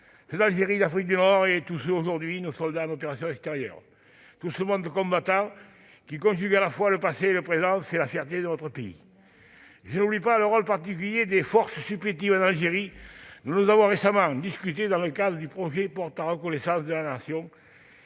ceux d'Algérie et d'Afrique du Nord, et ceux d'aujourd'hui, nos soldats en opérations extérieures : tout ce monde combattant, qui conjugue à la fois le passé et le présent, fait la fierté de notre pays. Je n'oublie pas le rôle particulier des forces supplétives en Algérie dont nous avons récemment discuté dans le cadre du projet portant reconnaissance de la Nation